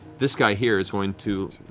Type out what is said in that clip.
this guy here is going to